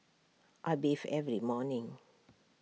I bathe every morning